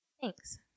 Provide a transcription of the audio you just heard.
thanks